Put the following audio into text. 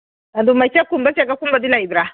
ꯑꯗꯨ ꯃꯩꯆꯞꯀꯨꯝꯕ ꯆꯦꯒꯞꯀꯨꯝꯕꯗꯤ ꯂꯩꯕ꯭ꯔꯥ